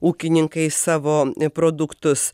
ūkininkai savo produktus